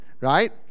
right